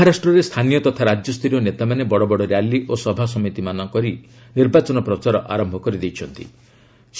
ମହାରାଷ୍ଟ୍ରରେ ସ୍ଥାନୀୟ ତଥା ରାଜ୍ୟସ୍ତରୀୟ ନେତାମାନେ ବଡ ବଡ ର୍ୟାଲି ଓ ସଭାସମିତିମାନ କରି ନିର୍ବାଚନ ପ୍ରଚାର ଆରମ୍ଭ କରିଦେଲେଣି